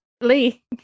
Lee